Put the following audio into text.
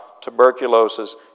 tuberculosis